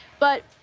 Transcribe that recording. but